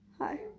Hi